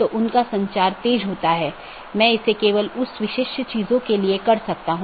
3 अधिसूचना तब होती है जब किसी त्रुटि का पता चलता है